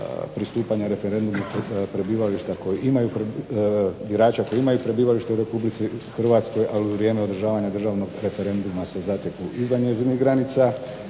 pristupanja referendumu prebivališta koji, birača koji imaju prebivalište u Republici Hrvatskoj, a u vrijeme održavanja državnog referenduma se zateknu izvan njezinih granica,